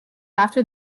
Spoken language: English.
after